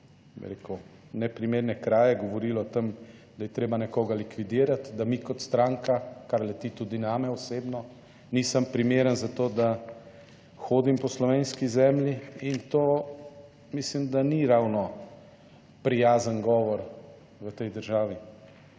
neprimerne kraje, govorilo o tem, da je treba nekoga likvidirati, da mi kot stranka, kar leti tudi name osebno, nisem primeren za to, da hodim po slovenski zemlji. In to mislim, da ni ravno prijazen govor v tej državi,